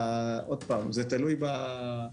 עוד פעם, זה תלוי בהספקים.